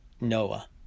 Noah